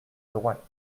droite